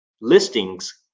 listings